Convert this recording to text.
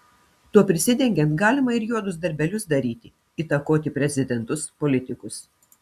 tuo prisidengiant galima ir juodus darbelius daryti įtakoti prezidentus politikus